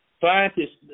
Scientists